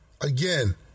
again